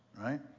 right